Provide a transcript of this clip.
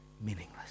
meaningless